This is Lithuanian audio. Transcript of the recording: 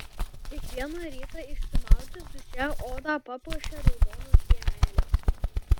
kiekvieną rytą išsimaudžius duše odą papuošia raudonos dėmelės